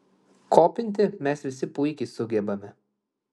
kopinti mes visi puikiai sugebame